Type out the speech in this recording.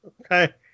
Okay